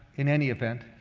in any event,